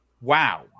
Wow